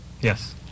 yes